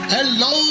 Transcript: Hello